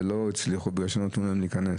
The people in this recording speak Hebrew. ולא הצליחו בגלל שלא נתנו להם להיכנס.